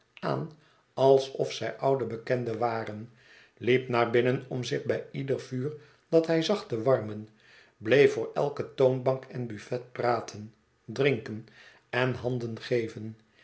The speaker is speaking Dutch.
aan alsof zij oude bekenden waren liep naar binnen om zich bij ieder vuur dat hij zag te warmen bleef voor elke toonbank en buffet praten drinken en handen geven